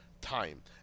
time